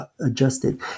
adjusted